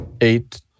Eight